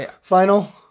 final